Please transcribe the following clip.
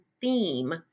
theme